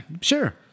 sure